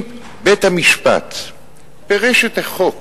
אם בית-המשפט פירש את החוק